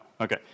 Okay